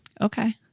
Okay